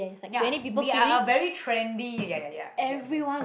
ya we are a very trendy ya ya ya okay I'm sorry